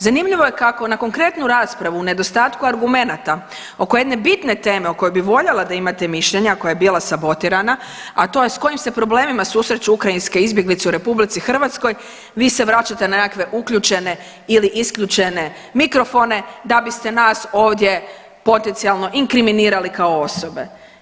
Zanimljivo je kako na konkretnu raspravu u nedostatku argumenata oko jedne bitne teme o kojoj bi voljela da imate mišljenje, a koja je bila sabotirana, a to je s kojim se problemima susreću ukrajinske izbjeglice u RH, vi se vraćate na nekakve uključene ili isključene mikrofone da biste nas ovdje potencijalno inkriminirali kao osobe.